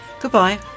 Goodbye